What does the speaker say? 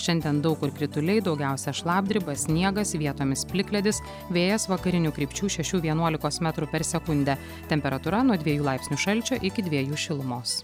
šiandien daug kur krituliai daugiausia šlapdriba sniegas vietomis plikledis vėjas vakarinių krypčių šešių vienuolikos metrų per sekundę temperatūra nuo dviejų laipsnių šalčio iki dviejų šilumos